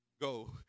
Go